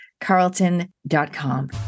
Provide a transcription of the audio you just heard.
carlton.com